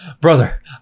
brother